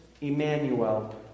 Emmanuel